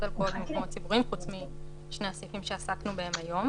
אלכוהול במקומות ציבוריים חוץ משני הסעיפים שעסקנו בהם היום.